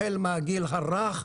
החל מהגיל הרך,